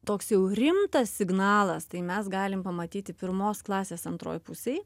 toks jau rimtas signalas tai mes galim pamatyti pirmos klasės antroj pusėj